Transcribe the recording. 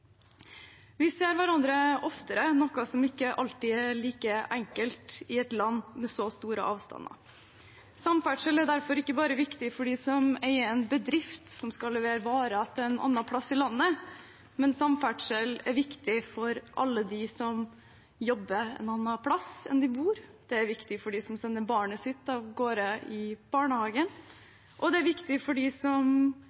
Vi ser hverandre oftere, noe som ikke alltid er like enkelt i et land med så store avstander. Samferdsel er derfor ikke bare viktig for dem som eier en bedrift som skal levere varer til en annen plass i landet, men samferdsel er viktig for alle dem som jobber en annen plass enn der de bor, det er viktig for dem som sender barnet sitt av gårde i barnehagen,